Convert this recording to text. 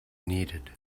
needed